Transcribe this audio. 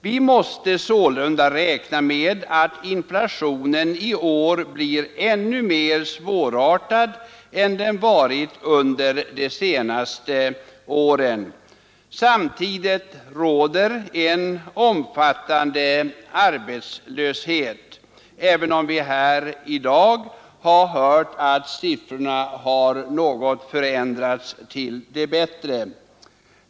Vi måste sålunda räkna med att inflationen i år blir ännu mer svårartad än den varit under de senaste åren. Samtidigt råder en omfattande arbetslöshet, även om vi här i dag har hört att siffrorna något ändrats till det bättre.